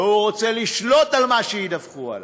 והוא רוצה לשלוט על מה שידווחו עליו: